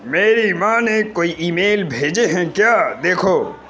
میری ماں نے کوئی ای میل بھیجے ہیں کیا دیکھو